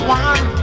one